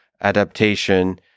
adaptation